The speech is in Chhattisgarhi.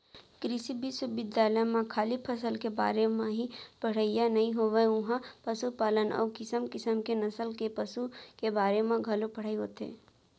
कृषि बिस्वबिद्यालय म खाली फसल के बारे म ही पड़हई नइ होवय उहॉं पसुपालन अउ किसम किसम के नसल के पसु के बारे म घलौ पढ़ाई होथे